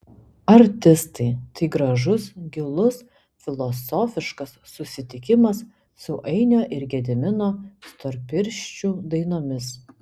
artistai tai gražus gilus filosofiškas susitikimas su ainio ir gedimino storpirščių dainomis